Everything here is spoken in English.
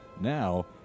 now